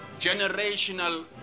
generational